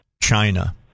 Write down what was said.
China